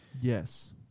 Yes